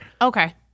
Okay